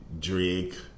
Drake